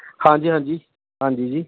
ਹਾਂਜੀ ਹਾਂਜੀ ਹਾਂਜੀ ਜੀ